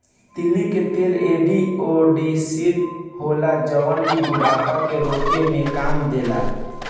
तीली के तेल एंटी ओक्सिडेंट होला जवन की बुढ़ापा के रोके में काम देला